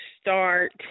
start